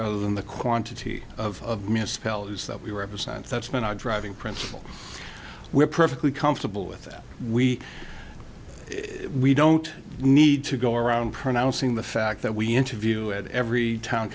rather than the quantity of misspell is that we represent that's been our driving principle we're perfectly comfortable with we we don't need to go around pronouncing the fact that we interview at every town